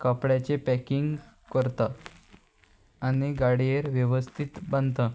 कपड्याचें packing करतां आनी गाडयेर वेवस्थीत बांदतां